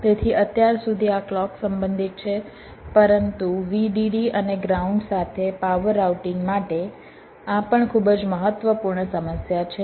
તેથી અત્યાર સુધી આ ક્લૉક સંબંધિત છે પરંતુ Vdd અને ગ્રાઉન્ડ સાથે પાવર રાઉટિંગ માટે આ પણ ખૂબ જ મહત્વપૂર્ણ સમસ્યા છે